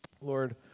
Lord